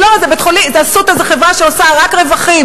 לא, "אסותא" זו חברה שעושה רק רווחים.